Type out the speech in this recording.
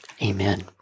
Amen